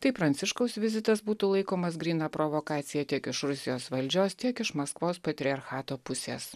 tai pranciškaus vizitas būtų laikomas gryna provokacija tiek iš rusijos valdžios tiek iš maskvos patriarchato pusės